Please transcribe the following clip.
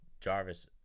Jarvis